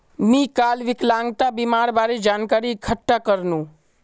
मी काल विकलांगता बीमार बारे जानकारी इकठ्ठा करनु